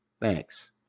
Thanks